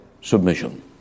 submission